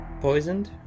poisoned